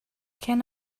can